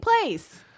place